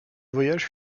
voyage